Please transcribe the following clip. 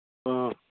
ꯑꯥ